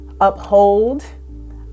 uphold